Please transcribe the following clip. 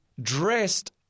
dressed